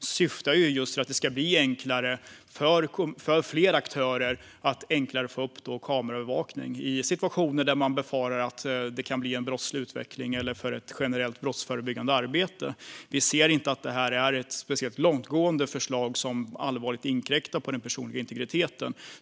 Reservationerna syftar till att det ska bli enklare för fler aktörer att få upp kameraövervakning i situationer där man befarar att det kan bli en brottslig utveckling eller där man vill bedriva ett generellt brottsförebyggande arbete. Vi anser inte att det här är speciellt långtgående förslag som allvarligt inkräktar på den personliga integriteten.